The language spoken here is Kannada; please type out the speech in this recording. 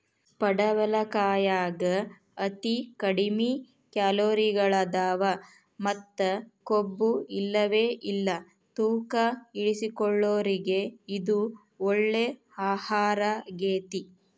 ಪಡವಲಕಾಯಾಗ ಅತಿ ಕಡಿಮಿ ಕ್ಯಾಲೋರಿಗಳದಾವ ಮತ್ತ ಕೊಬ್ಬುಇಲ್ಲವೇ ಇಲ್ಲ ತೂಕ ಇಳಿಸಿಕೊಳ್ಳೋರಿಗೆ ಇದು ಒಳ್ಳೆ ಆಹಾರಗೇತಿ